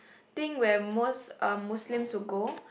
thing where most muslims would go